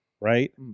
right